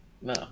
No